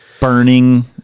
Burning